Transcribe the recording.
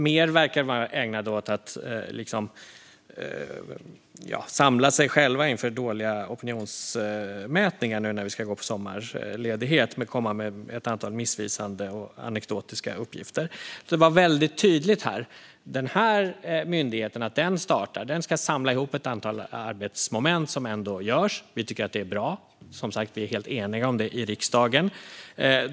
Det verkade mer vara ägnat åt att samla sig inför dåliga opinionsmätningar nu när vi ska gå på sommarledighet. Det kom ett antal missvisande och anekdotiska uppgifter. Jag vill vara väldigt tydlig: Att man startar denna myndighet, som ska samla ihop ett antal arbetsmoment som ändå görs, tycker Vänsterpartiet är bra. Vi är som sagt helt eniga om detta i riksdagen.